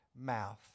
mouth